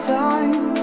time